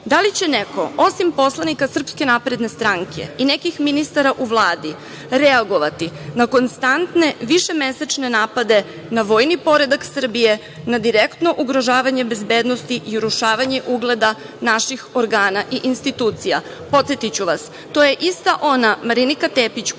li će neko, osim poslanika SNS i nekih ministara u Vladi, reagovati na konstantne višemesečne napade na vojni poredak Srbije, na direktno ugrožavanje bezbednosti i urušavanje ugleda naših organa i institucija? Podsetiću vas, to je ista ona Marinika Tepić